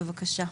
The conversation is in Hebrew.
בבקשה.